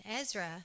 Ezra